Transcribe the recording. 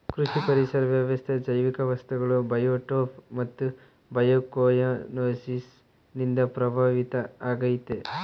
ಕೃಷಿ ಪರಿಸರ ವ್ಯವಸ್ಥೆ ಜೈವಿಕ ವಸ್ತುಗಳು ಬಯೋಟೋಪ್ ಮತ್ತು ಬಯೋಕೊಯನೋಸಿಸ್ ನಿಂದ ಪ್ರಭಾವಿತ ಆಗೈತೆ